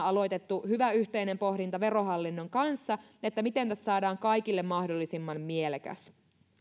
aloitettu hyvä yhteinen pohdinta verohallinnon kanssa siitä miten tästä saadaan kaikille mahdollisimman mielekäs